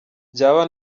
byaba